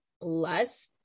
less